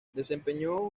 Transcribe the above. desempeñó